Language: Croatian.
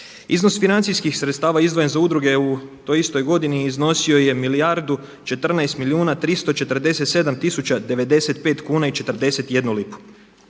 Iznos financijskih sredstava izdvojen za udruge je u toj istoj godini iznosio je milijardu 14 milijuna